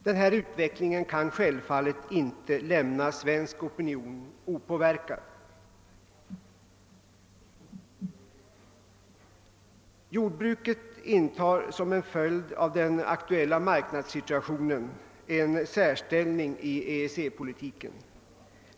Den här utvecklingen kan självfallet inte lämna svensk opinion opåverkad. Jordbruket intar som en följd av den aktuella marknadssituationen en särställning i EEC-politiken.